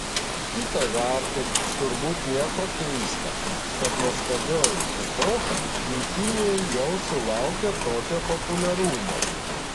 kita vertus turbūt nieko keista kad nuostabioji epocha gimtinėje jau sulaukė tokio populiarumo